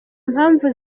mpamvu